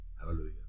Hallelujah